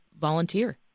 volunteer